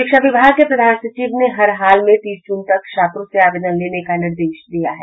शिक्षा विभाग के प्रधान सचिव ने हर हाल में तीस जून तक छात्रों से आवेदन लेने का निर्देश दिया है